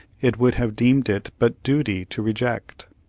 it would have deemed it but duty to reject.